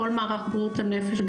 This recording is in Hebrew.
כל מערך בריאות הנפש,